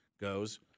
goes